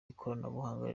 ikoranabuhanga